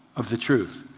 of the truth.